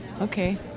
Okay